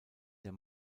der